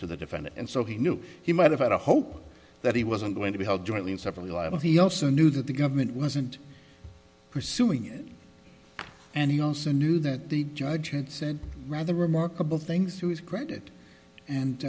to the defendant and so he knew he might have had a hope that he wasn't going to be held jointly and severally liable he also knew that the government wasn't pursuing it and he also knew that the judge had said rather remarkable things to his credit and